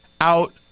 out